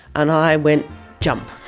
and i went jump,